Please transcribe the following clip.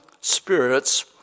spirits